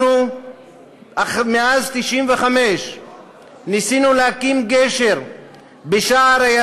אנחנו מאז 1995 ניסינו להקים גשר בשער-הירדן,